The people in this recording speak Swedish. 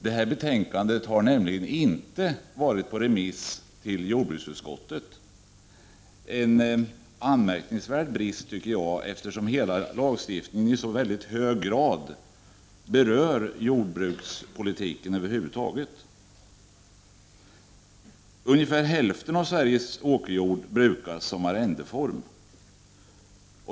Detta betänkande har nämligen inte varit på remiss i jordbruksutskottet — en anmärkningsvärd brist, tycker jag, eftersom hela lagstiftningen i så hög grad berör jordbrukspolitiken över huvud taget. Ungefär hälften av Sveriges åkerjord brukas som arrende.